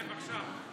כן, בבקשה.